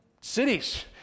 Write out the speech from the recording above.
cities